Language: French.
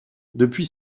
depuis